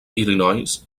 illinois